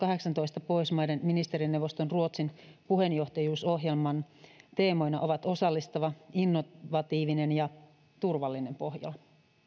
kaksituhattakahdeksantoista pohjoismaiden ministerineuvoston ruotsin puheenjohtajuusohjelman teemana on osallistava innovatiivinen ja turvallinen pohjola